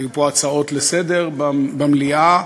היו פה הצעות לסדר-היום במליאה,